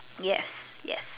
yes yes